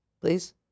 Please